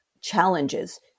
challenges